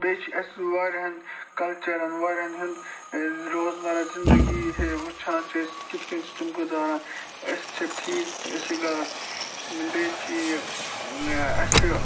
بیٚیہِ چھِ اَسہِ واریاہَن کَلچَرَن واریاہَن ہُنٛد روزمرہ زندگی ہے وٕچھان چھِ أسۍ کِتھ کٔنۍ چھِ تِم گُزاران أسۍ چھا ٹھیٖک أسۍ چھِ غلط بیٚیہِ چھِ یہِ اَسہِ